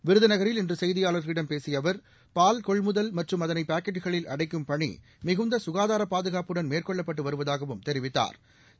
விருதுநகரில் இன்று செய்தியாளர்களிடம் பேசிய அவர் பால் கொள்முதல் மற்றும் அதளை பாக்கெட்டுகளில் அடைக்கும் பணி மிகுந்த க்காதார பாதுகாப்புடன் மேற்கொள்ளப்பட்டு வருவதாகவும் தெரிவித்தாள்